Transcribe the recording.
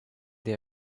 they